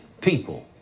people